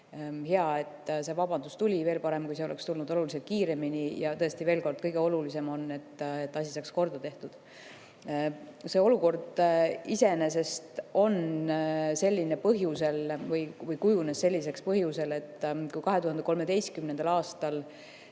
Hea, et see vabandus tuli, veel parem, kui see oleks tulnud oluliselt kiiremini. Aga tõesti, veel kord: kõige olulisem on, et asi saaks korda tehtud. See olukord iseenesest kujunes põhjusel, et kui 2013. aastal